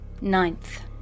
Ninth